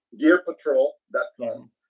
Gearpatrol.com